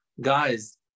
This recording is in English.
Guys